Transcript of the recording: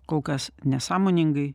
kol kas nesąmoningai